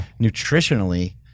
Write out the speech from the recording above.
nutritionally